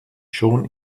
schon